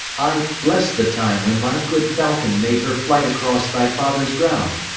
i bless the time when my good falcon made her flight across thy father's ground.